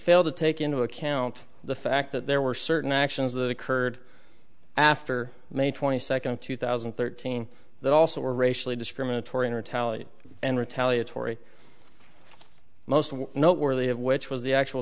failed to take into account the fact that there were certain actions that occurred after may twenty second two thousand and thirteen that also were racially discriminatory in or tallit and retaliatory most noteworthy of which was the actual